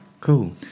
Cool